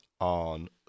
on